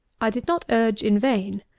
i did not urge in vain.